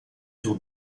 tour